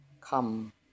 come